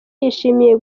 yishimiye